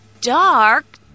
dark